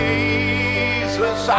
Jesus